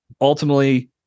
Ultimately